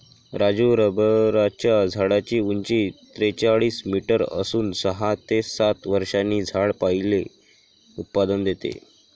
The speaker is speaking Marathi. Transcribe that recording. राजू रबराच्या झाडाची उंची त्रेचाळीस मीटर असून सहा ते सात वर्षांनी झाड पहिले उत्पादन देते